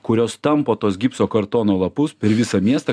kurios tampo tuos gipso kartono lapus per visą miestą